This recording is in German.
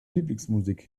lieblingsmusik